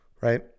Right